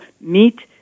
meet